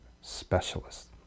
specialist